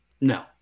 No